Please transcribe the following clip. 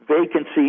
vacancy